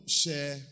share